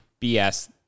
BS